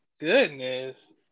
Goodness